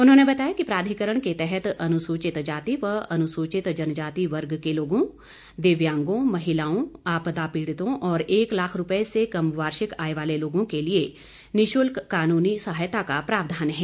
उन्होंने बताया कि प्राधिकरण के तहत अनुसूचित जाति व अनुसूचित जनजाति वर्ग के लोगों दिव्यांगों महिलाओं आपदा पीड़ितों और एक लाख रुपये से कम वार्षिक आय वाले लोगों के लिए निःशुल्क कानूनी सहायता का प्रावधान है